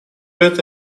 это